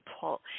pull